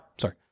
Sorry